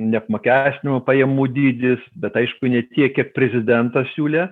neapmokestinamų pajamų dydis bet aišku ne tiek kiek prezidentas siūlė